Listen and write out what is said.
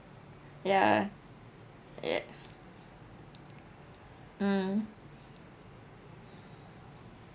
ya ya mm